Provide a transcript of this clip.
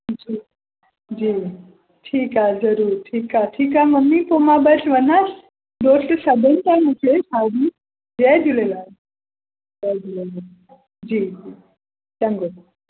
जी जी ठीकु आहे ज़रूरु ठीकु आहे ठीक ममी पोइ मां बस वञां दोस्त सॾनि था मूंखे हाली जय झूलेलाल जी जी चङो